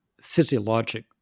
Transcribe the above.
physiologic